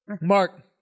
Mark